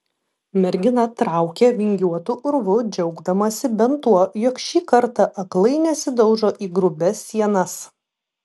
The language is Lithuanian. mergina traukė vingiuotu urvu džiaugdamasi bent tuo jog šį kartą aklai nesidaužo į grubias sienas